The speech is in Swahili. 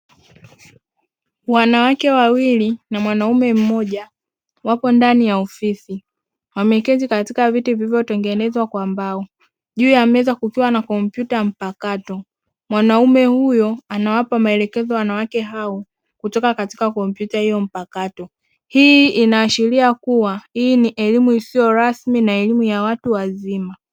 Wanawake wawili na mwanaume mmoja wapo ndani ya ofisi wameketi katika viti vilivyotengenezwa kwa mbao juu ya meza kukiwa na kompyuta mpakato. Mwanamume huyo anawapa maelekezo wanawake hao kutoka katika kompyuta hiyo mpakato; hii inaashiria kuwa hii ni elimu isiyo rasmi na elimu ya watu wazima.